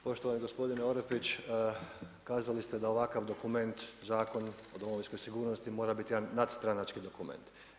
Poštovani gospodine Orepić, kazali ste da ovakav dokument u Zakonu o Domovinskoj sigurnosti mora biti jedan nadstranački dokument.